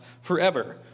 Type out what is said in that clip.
forever